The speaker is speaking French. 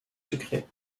sucré